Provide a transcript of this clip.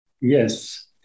Yes